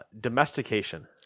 domestication